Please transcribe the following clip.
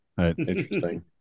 Interesting